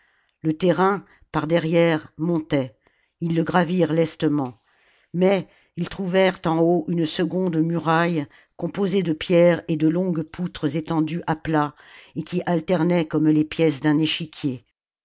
le terrain par derrière montait ils le gravirent lestement mais ils trouvèrent en haut une seconde muraille composée de pierres et de longues poutres étendues à plat et qui alternaient comme les pièces d'un échiquier